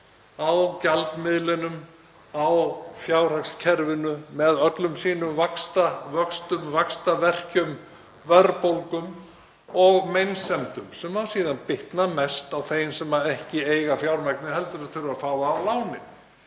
á gjaldmiðlinum, á fjárhagskerfinu með öllum sínum vaxtavöxtum, vaxtarverkjum, verðbólgum og meinsemdum sem síðan bitna mest á þeim sem ekki eiga fjármagnið heldur þurfa að fá það að láni